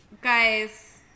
Guys